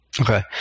Okay